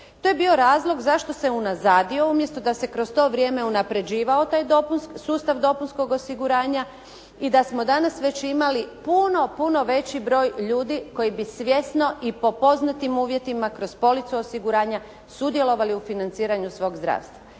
To je bio razlog zašto se unazadio, umjesto da se kroz to vrijeme unaprjeđivao taj sustav dopunskog osiguranja i da smo danas već imali puno, puno veći broj ljudi koji bi svjesno i po poznatim uvjetima kroz policu osiguranja sudjelovali u financiranju svog zdravstva.